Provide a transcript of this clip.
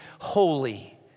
holy